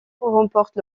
remportent